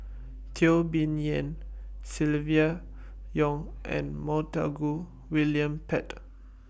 Teo Bee Yen Silvia Yong and Montague William Pett